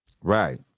Right